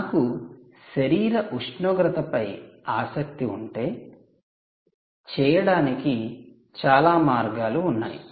నాకు శరీర ఉష్ణోగ్రతపై ఆసక్తి ఉంటే చేయడానికి చాలా మార్గాలు ఉన్నాయి